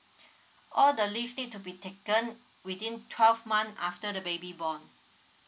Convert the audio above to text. all the leave need to be taken within twelve month after the baby born